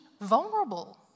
vulnerable